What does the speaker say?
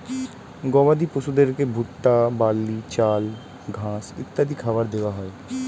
গবাদি পশুদেরকে ভুট্টা, বার্লি, চাল, ঘাস ইত্যাদি খাবার দেওয়া হয়